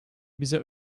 bize